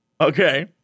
Okay